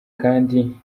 kandi